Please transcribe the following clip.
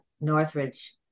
Northridge